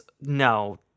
no